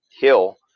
hill